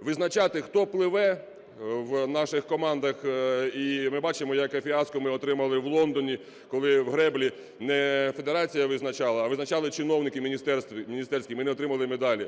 визначати, хто пливе в наших командах. І ми бачимо, яке фіаско ми отримали в Лондоні, коли в греблі не федерація визначала, а визначали чиновники міністерські, ми не отримали медалі.